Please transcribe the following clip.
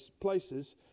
places